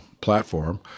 platform